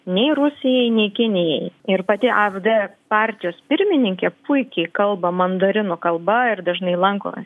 nei rusijai nei kinijai ir pati afd partijos pirmininkė puikiai kalba mandarinų kalba ir dažnai lanko